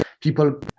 people